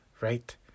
right